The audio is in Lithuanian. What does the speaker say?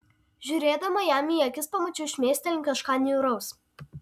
žiūrėdama jam į akis pamačiau šmėstelint kažką niūraus